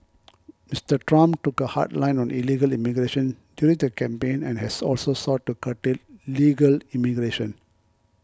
Mister Trump took a hard line on illegal immigration during the campaign and has also sought to curtail legal immigration